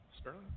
Sterling